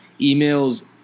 emails